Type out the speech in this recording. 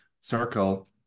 circle